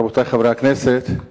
רבותי חברי הכנסת,